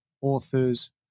authors